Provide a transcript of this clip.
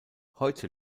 heute